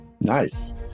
nice